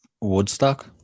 Woodstock